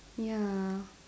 ya